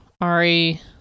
Ari